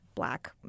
black